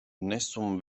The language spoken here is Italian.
nessun